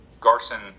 Garson